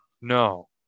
No